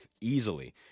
easily